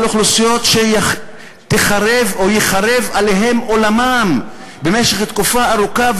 על אוכלוסיות שייחרב עליהן עולמן במשך תקופה ארוכה,